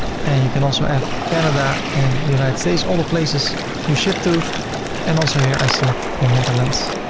and you can also add canada and united states all the places you ship to and also here i select the netherlands.